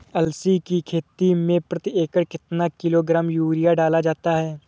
अलसी की खेती में प्रति एकड़ कितना किलोग्राम यूरिया डाला जाता है?